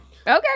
Okay